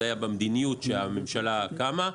זה היה במדיניות כשהממשלה קמה.